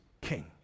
king